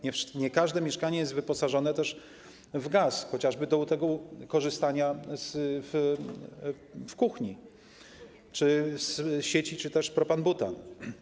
Nie każde mieszkanie jest wyposażone też w gaz chociażby do tego korzystania w kuchni, czy z sieci, czy też propan-butan.